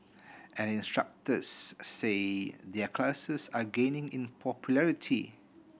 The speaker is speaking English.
and instructors say their classes are gaining in popularity